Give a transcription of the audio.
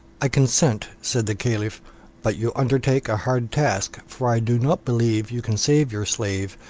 i consent, said the caliph but you undertake a hard task, for i do not believe you can save your slave,